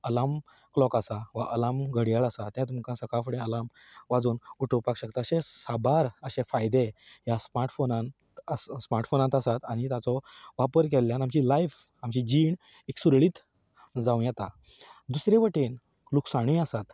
alarm clock आसा वा alarm घडयाळ आसा तें तुमकां सकाळ फुडें अलार्म वाजोवन उठोवपाक शकता अशेंच साबार अशे फायदे ह्या स्मार्ट फोनांत आसप स्मार्ट फोनांत आसात आनी ताचो वापर केल्ल्यान आमची लायफ आमची जीण एक सुरळीत जावं येता दुसरे वटेन लुकासणय आसा